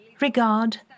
regard